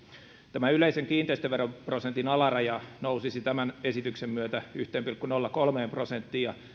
tämä yleisen kiinteistöveroprosentin alaraja nousisi tämän esityksen myötä yksi pilkku nolla kolme prosenttiin ja